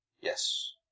Yes